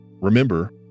remember